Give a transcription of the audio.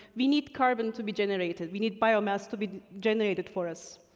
we need carbon to be generated. we need biomass to be generated for us.